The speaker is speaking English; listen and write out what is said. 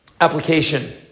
Application